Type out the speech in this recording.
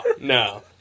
no